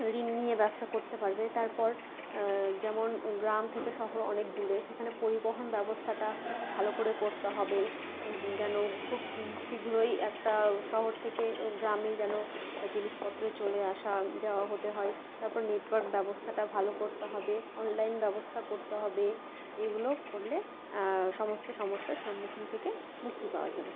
ঋণ নিয়ে ব্যবসা করতে পারবে তারপর যেমন গ্রাম থেকে শহর অনেক দূরে সেখানে পরিবহন ব্যবস্থাটা ভালো করে করতে হবে যেন খুব শীঘ্রই একটা শহর থেকে গ্রামে যেন জিনিসপত্র চলে আসাযাওয়া হতে হয় তারপর নেটওয়ার্ক ব্যবস্থাটা ভালো করতে হবে অনলাইন ব্যবস্থা করতে হবে এগুলো করলে সমস্ত সমস্যার সম্মুখীন থেকে মুক্তি পাওয়া যাবে